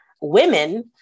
women